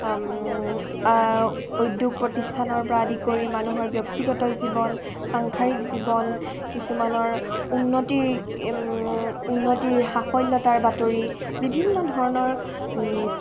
উদ্যোগ প্ৰতিষ্ঠানৰ পৰা আদি কৰি মানুহৰ ব্যক্তিগত জীৱন সাংসাৰিক জীৱন কিছুমানৰ উন্নতিৰ উন্নতিৰ সাফল্যতাৰ বাতৰি বিভিন্ন ধৰণৰ